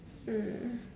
mm